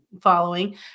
following